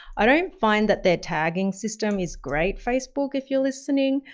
i don't find that their tagging system is great, facebook if you're listening,